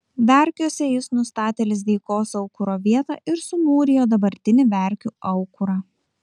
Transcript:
verkiuose jis nustatė lizdeikos aukuro vietą ir sumūrijo dabartinį verkių aukurą